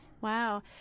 Wow